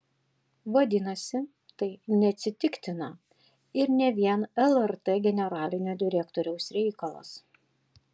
vadinasi tai neatsitiktina ir ne vien lrt generalinio direktoriaus reikalas